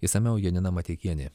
išsamiau janina mateikienė